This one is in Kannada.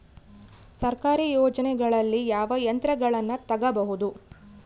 ಸರ್ಕಾರಿ ಯೋಜನೆಗಳಲ್ಲಿ ಯಾವ ಯಂತ್ರಗಳನ್ನ ತಗಬಹುದು?